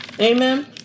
Amen